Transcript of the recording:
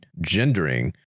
gendering